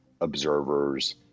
observers